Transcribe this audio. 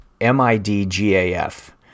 M-I-D-G-A-F